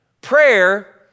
Prayer